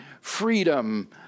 freedom